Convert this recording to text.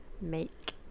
Make